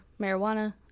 marijuana